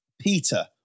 Peter